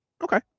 Okay